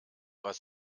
was